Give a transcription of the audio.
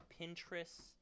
Pinterest